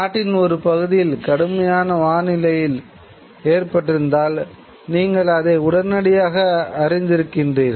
நாட்டின் ஒரு பகுதியில் கடுமையான வானிலை ஏற்பட்டிருந்தால் நீங்கள் அதை உடனடியாக அறிந்திருக்கிறீர்கள்